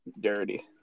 dirty